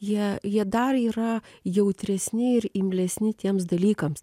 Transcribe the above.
jie jie dar yra jautresni ir imlesni tiems dalykams